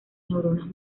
neuronas